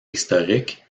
historique